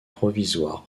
provisoire